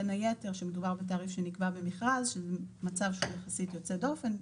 בין היתר שמדובר בתעריף שנקבע במכרז-שזה מצב שהוא יחסית יוצא דופן,